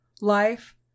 life